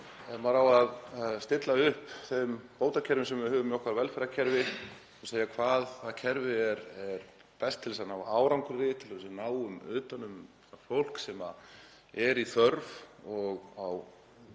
maður á að stilla upp þeim bótakerfum sem við höfum í okkar velferðarkerfi og segja hvaða kerfi er best til þess að ná árangri, til þess að við náum utan um fólk sem er í þörf og